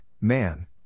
man